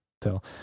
tell